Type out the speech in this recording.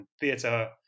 theatre